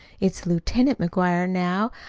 it's lieutenant mcguire, now!